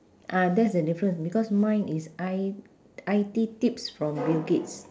ah that's the difference because mine is I I_T tips from bill gates